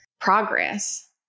progress